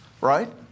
right